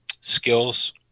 skills